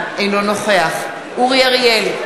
אינו נוכח אורי אריאל,